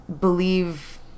believe